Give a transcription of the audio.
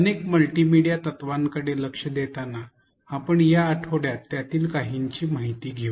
अनेक मल्टीमीडिया तत्त्वांकडे लक्ष देताना आपण या आठवड्यात त्यातील काहींची माहिती घेऊ